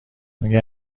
اگه